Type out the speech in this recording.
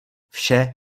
vše